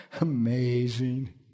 Amazing